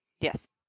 Yes